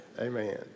Amen